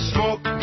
Smoke